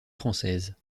française